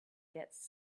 gets